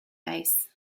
base